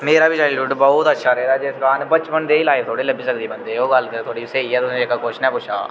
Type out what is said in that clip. मेरा बी चाइल्डहुड बहुत अच्छा रेह् दा जिस कारण बचपन दे जेही लाइफ थोह्ड़े लब्भी सकदी ऐ बंदे ई ओह् गल्ल ते थुआढ़ी बिल्कुल स्हेई ऐ तुसें ई जेह्का क्वेश्चन ऐ पुच्छे दा